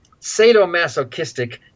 sadomasochistic